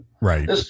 Right